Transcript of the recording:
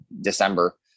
December